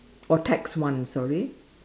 oh tax one sorry